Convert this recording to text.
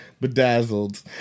Bedazzled